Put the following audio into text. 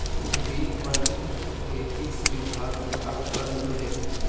तु वित्त मंत्रित्व के किस विभाग में काम करलु हे?